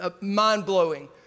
mind-blowing